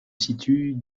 situe